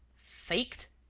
faked?